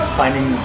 finding